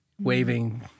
waving